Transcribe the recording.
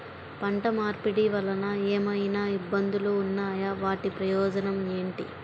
పంట మార్పిడి వలన ఏమయినా ఇబ్బందులు ఉన్నాయా వాటి ప్రయోజనం ఏంటి?